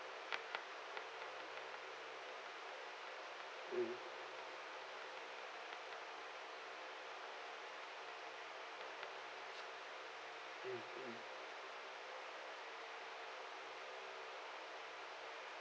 mm